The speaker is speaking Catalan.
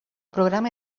programa